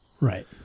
right